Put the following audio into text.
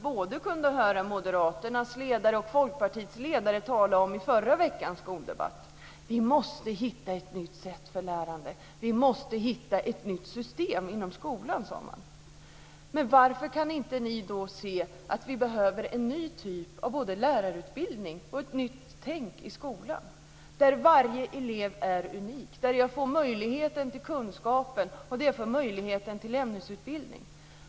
Både Moderaternas och Folkpartiets ledare talade i förra veckans skoldebatt om att vi måste hitta ett nytt sätt för lärande. Vi måste hitta ett nytt system inom skolan, sade man. Men varför kan ni inte se att vi behöver en ny typ av lärarutbildning och ett nytt tänk i skolan? Varje elev är unik. Det måste ges möjlighet till kunskaper och ämnesutbildning.